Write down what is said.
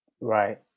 Right